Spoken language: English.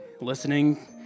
listening